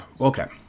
Okay